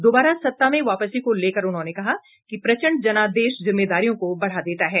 दोबारा सत्ता में वापसी को लेकर उन्होंने कहा कि प्रचंड जनादेश जिम्मेदारियों को बढ़ा देता है